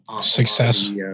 success